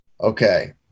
Okay